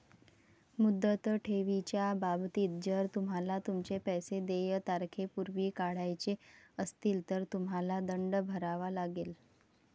मुदत ठेवीच्या बाबतीत, जर तुम्हाला तुमचे पैसे देय तारखेपूर्वी काढायचे असतील, तर तुम्हाला दंड भरावा लागेल